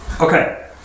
Okay